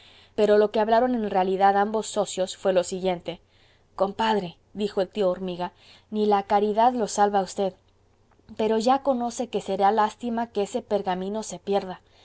pero lo que hablaron en realidad ambos socios fué lo siguiente compadre dijo el tío hormiga ni la caridad lo salva a usted pero ya conoce que será lástima que ese pergamino se pierda